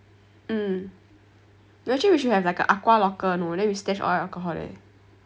mm actually we should have like a aqua locker you know then we stash all our alcohol there